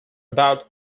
about